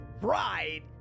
right